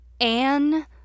Anne